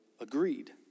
agreed